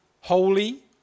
holy